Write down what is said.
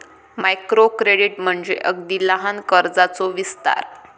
micro credit म्हणजे अगदी लहान कर्जाचो विस्तार